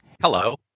Hello